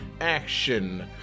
Action